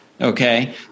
Okay